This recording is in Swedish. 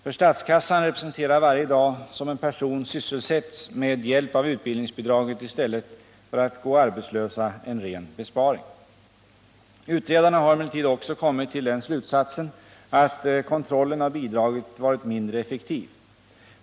För statskassan representerar varje dag som en person sysselsätts med hjälp av utbildningsbidraget i stället för att gå arbetslös en ren besparing. Utredarna har emellertid också kommit till den slutsatsen att kontrollen av bidraget varit mindre effektiv.